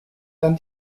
dann